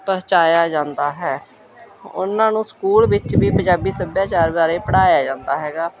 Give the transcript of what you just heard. ਪਹੁੰਚਾਇਆ ਜਾਂਦਾ ਹੈ ਉਹਨਾਂ ਨੂੰ ਸਕੂਲ ਵਿੱਚ ਵੀ ਪੰਜਾਬੀ ਸੱਭਿਆਚਾਰ ਬਾਰੇ ਪੜ੍ਹਾਇਆ ਜਾਂਦਾ ਹੈਗਾ